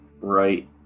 right